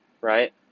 Right